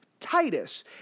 Titus